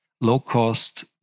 low-cost